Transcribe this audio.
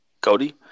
Cody